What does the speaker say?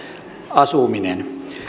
asuminen